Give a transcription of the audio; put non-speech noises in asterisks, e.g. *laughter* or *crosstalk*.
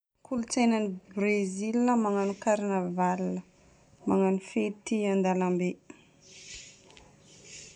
Kolontsainan'i Brésil magnano carnaval. Magnano fety andalambe. *noise*